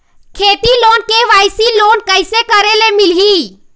खेती loan KYC loan कइसे करे ले मिलही?